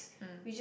mm